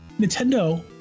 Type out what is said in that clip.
Nintendo